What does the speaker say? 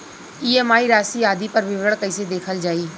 EMI राशि आदि पर विवरण कैसे देखल जाइ?